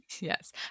Yes